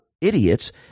idiots